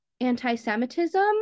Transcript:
anti-Semitism